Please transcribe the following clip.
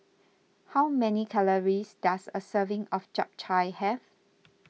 how many calories does a serving of Chap Chai have